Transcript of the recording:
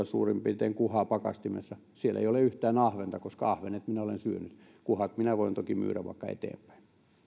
suurin piirtein kolmekymmentä kiloa kuhaa pakastimessa siellä ei ole yhtään ahventa koska ahvenet minä olen syönyt kuhat minä voin toki myydä vaikka eteenpäin arvoisa